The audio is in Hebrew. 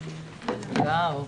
תודה רבה, הישיבה נעולה.